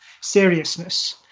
seriousness